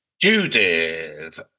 Judith